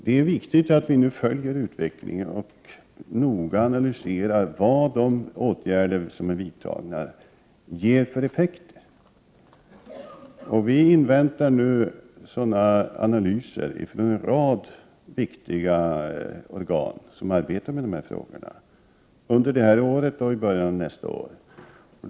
Det är viktigt att vi nu följer utvecklingen och noga analyserar vad de åtgärder som är vidtagna har för effekt. Vi inväntar analyser under det här året eller i början av nästa år från en rad viktiga organ som arbetar med dessa frågor.